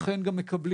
אכן גם מקבלים